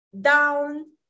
down